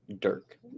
Dirk